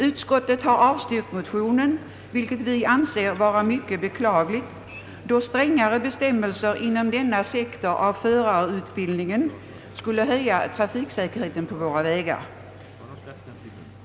Utskottet har avstyrkt motionen, vilket vi anser vara mycket beklagligt, då strängare bestämmelser inom denna sektor av förarutbildningen skulle höja trafiksäkerheten på våra vägar.